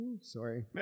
sorry